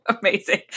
Amazing